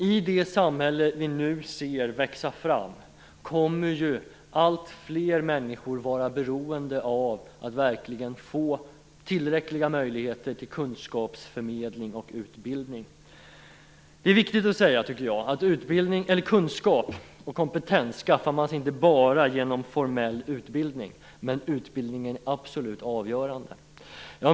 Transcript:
I det samhälle som vi nu ser växa fram kommer alltfler människor att vara beroende av att det verkligen blir tillräckliga möjligheter till kunskapsförmedling och utbildning. Det är enligt min mening viktigt att framhålla att kunskap och kompetens är något som man inte bara skaffar sig genom formell utbildning, men utbildning är det absolut avgörande.